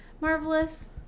Marvelous